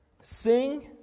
sing